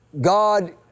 God